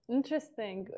Interesting